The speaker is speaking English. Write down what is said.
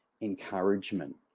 encouragement